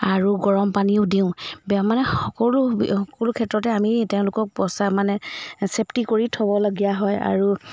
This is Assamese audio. আৰু গৰম পানীও দিওঁ বেয়া মানে সকলো সকলো ক্ষেত্ৰতে আমি তেওঁলোকক বচা মানে চেফটি কৰি থ'বলগীয়া হয় আৰু